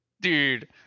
Dude